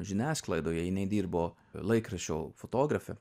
žiniasklaidoje jinai dirbo laikraščio fotografe